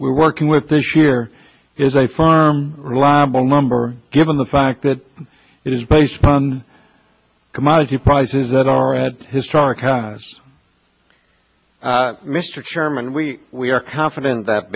we're working with this year is a firm reliable number given the fact that it is based upon commodity prices that are at historic lows mr chairman we we are confident that